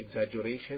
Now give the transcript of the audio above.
exaggeration